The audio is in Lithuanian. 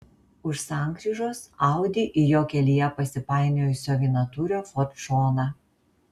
už sankryžos audi į jo kelyje pasipainiojusio vienatūrio ford šoną